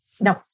No